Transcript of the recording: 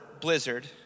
blizzard